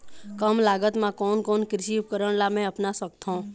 कम लागत मा कोन कोन कृषि उपकरण ला मैं अपना सकथो?